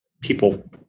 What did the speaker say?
people